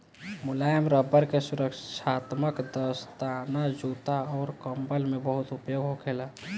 मुलायम रबड़ के सुरक्षात्मक दस्ताना, जूता अउर कंबल में बहुत उपयोग होखेला